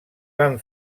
van